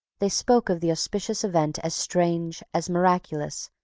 they spoke of the auspicious event as strange, as miraculous,